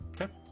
okay